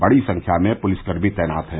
बड़ी संख्या में पुलिसकर्मी तैनात हैं